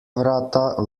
vrata